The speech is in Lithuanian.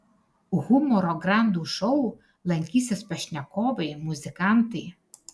humoro grandų šou lankysis pašnekovai muzikantai